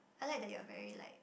I like that you are very like